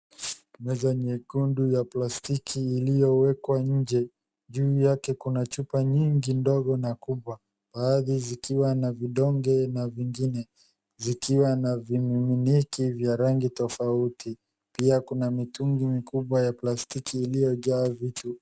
Meza nyekundu ya plastiki liyowekwa njee juu yake kuna chupa nyingi ndogo na zingine kubwa baadhi na vidonge na zikiwa na vimumuneti vya rangi tofauti pia kuna mtugi mikubwa ya plastiki iliyojaa vitu.